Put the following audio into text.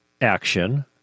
action